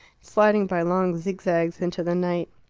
sliding by long zigzags into the night.